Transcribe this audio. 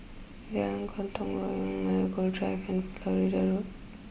Jalan Gotong Royong Marigold Drive and Florida Road